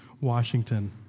Washington